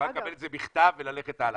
את צריכה לקבל את זה בכתב וללכת הלאה.